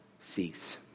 cease